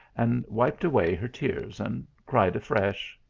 and wiped away her tears, and cried afresh.